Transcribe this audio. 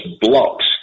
blocks